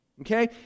Okay